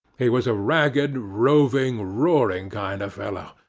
he was a ragged, roving, roaring kind of fellow,